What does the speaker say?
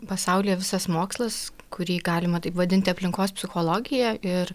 pasaulyje visas mokslas kurį galima taip vadinti aplinkos psichologija ir